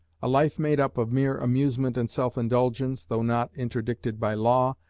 a life made up of mere amusement and self-indulgence, though not interdicted by law,